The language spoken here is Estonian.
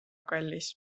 kallis